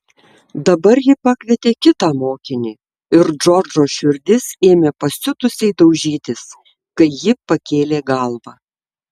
dabar ji pakvietė kitą mokinį ir džordžo širdis ėmė pasiutusiai daužytis kai ji pakėlė galvą